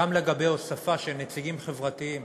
גם לגבי הוספה של נציגים חברתיים